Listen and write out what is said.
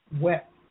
wet